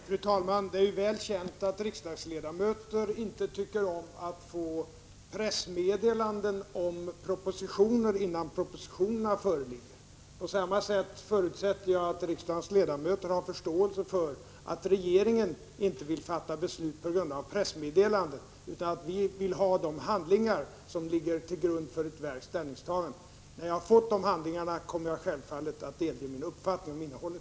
Fru talman! Det är väl känt att riksdagsledamöter inte tycker om att få pressmeddelanden om propositioner innan propositionerna föreligger. På samma sätt förutsätter jag att riksdagens ledamöter har förståelse för att regeringen inte vill fatta beslut på grundval av pressmeddelanden. Vi vill ha de handlingar som ligger till grund för ett verks ställningstagande. När jag har fått de handlingarna kommer jag självfallet att delge min uppfattning om innehållet.